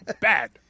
Bad